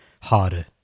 harder